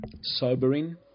sobering